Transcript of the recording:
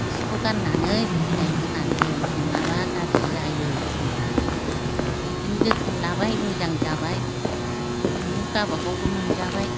खिखौ गारनानै बिलाइ होनानै दोन नङाबा गाज्रि जायो होननानै बिदिनो जोथोन लाबाय मोजां जाबाय बिदिनो गाबागाव मोनजाबाय